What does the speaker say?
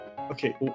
Okay